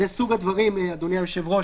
אלה סוג הדברים, אדוני היושב-ראש.